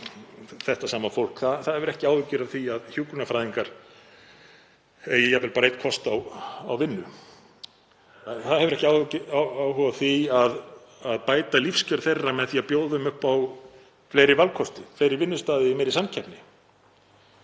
þetta sama fólk ekki áhyggjur af því að hjúkrunarfræðingar eigi jafnvel bara einn kost á vinnu. Það hefur ekki áhuga á því að bæta lífskjör þeirra með því að bjóða upp á fleiri valkosti, fleiri vinnustaði og meiri samkeppni.